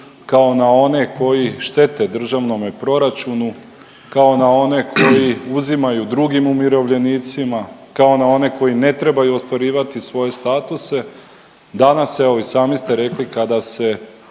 kao na one koji štete državnome proračunu, kao na one koji uzimaju drugim umirovljenicima, kao na one koji ne trebaju ostvarivati svoje statuse, danas evo i sami ste rekli kada se